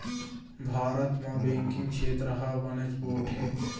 भारत म बेंकिंग छेत्र ह बनेच पोठ हे